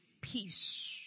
Peace